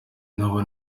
nabo